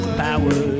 power